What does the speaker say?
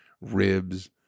ribs